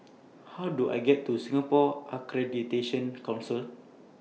How Do I get to Singapore Accreditation Council